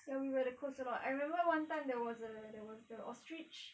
ya we were at the coast a lot I remember one time there was a there was the ostrich